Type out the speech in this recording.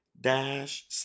dash